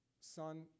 son